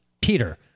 Peter